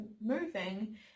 moving